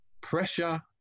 pressure